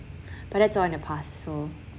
but that's all in the past so